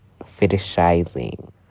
fetishizing